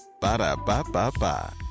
Ba-da-ba-ba-ba